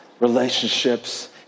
relationships